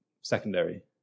secondary